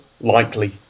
likely